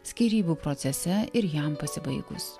skyrybų procese ir jam pasibaigus